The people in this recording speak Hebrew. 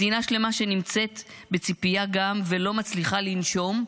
מדינה שלמה שנמצאת גם בציפייה ולא מצליחה לנשום,